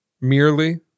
Merely